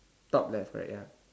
top left right ya